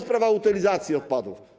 Sprawa utylizacji odpadów.